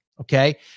Okay